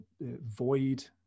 void